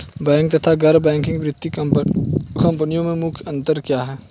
Bank तथा गैर banking वित्तीय कंपनियों में मुख्य अंतर क्या है?